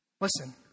Listen